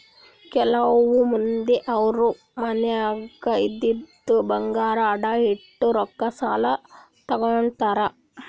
ಕೆಲವ್ ಮಂದಿ ಅವ್ರ್ ಮನ್ಯಾಗ್ ಇದ್ದಿದ್ ಬಂಗಾರ್ ಅಡ ಇಟ್ಟು ರೊಕ್ಕಾ ಸಾಲ ತಗೋತಾರ್